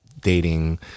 dating